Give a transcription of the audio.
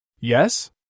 Yes